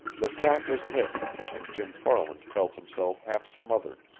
the sack was heavy, and jim farland felt himself half smothered,